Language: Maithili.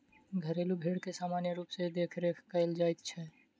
घरेलू भेंड़ के सामान्य रूप सॅ देखरेख कयल जाइत छै